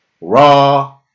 Raw